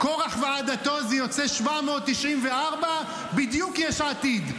קורח ועדתו זה יוצא 794, בדיוק יש עתיד.